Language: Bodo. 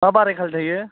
मा बाराय खालि थायो